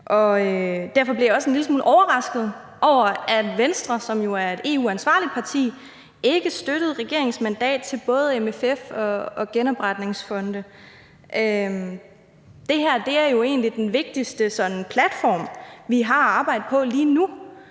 Derfor blev jeg også en lille smule overrasket over, at Venstre, som jo er et EU-ansvarligt parti, ikke støttede regeringens mandat til både MFF og genopretningsfonden. Det her er jo egentlig den vigtigste sådan platform, vi har at arbejde på lige nu,